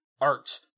art